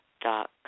dot